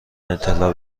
اطلاع